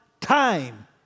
time